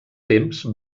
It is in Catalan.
temps